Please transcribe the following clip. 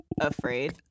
afraid